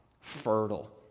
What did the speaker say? fertile